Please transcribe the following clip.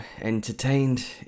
entertained